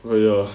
well ya